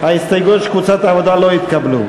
ההסתייגות של קבוצת חד"ש לא נתקבלה.